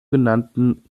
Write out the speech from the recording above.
genannten